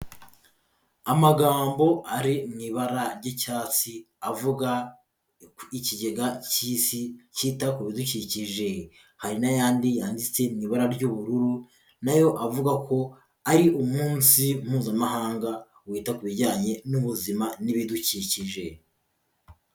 Amagambo ari mu ibara ry'icyatsi avuga ikigega cy'isi cyita ku bidukikije, hari n'ayandi yanditse mu ibara ry'ubururu, nayo avuga ko ari umunsi mpuzamahanga wita ku bijyanye n'ubuzima n'ibidukikije.